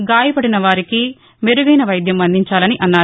గాయపడిన వారికి మెరుగైన వైద్యం అందించాలని అన్నారు